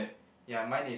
ya mine is